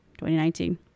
2019